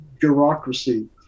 bureaucracy